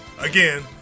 Again